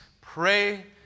Pray